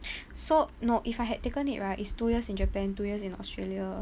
so no if I had taken it right is two years in japan two years in australia